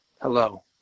Hello